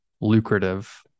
lucrative